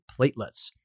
platelets